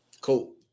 Cool